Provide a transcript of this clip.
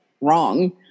wrong